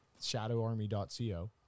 shadowarmy.co